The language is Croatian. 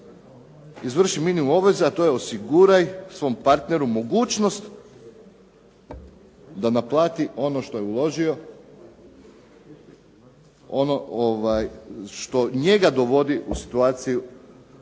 izvrši minimum obveze, a to je osiguraj svom partneru mogućnost da naplati ono što je uložio, ono što njega dovodi u situaciju